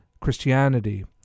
Christianity